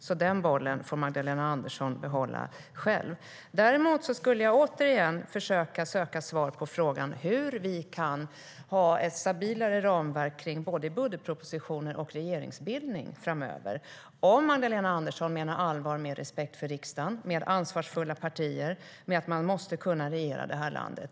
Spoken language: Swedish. Så den bollen får Magdalena Andersson behålla själv. Däremot skulle jag återigen vilja försöka söka svar på frågan om hur vi kan ha ett stabilare ramverk kring både budgetproposition och regeringsbildning framöver. Menar Magdalena Andersson allvar med respekt för riksdagen, med ansvarsfulla partier och med att man måste kunna regera det här landet?